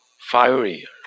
fiery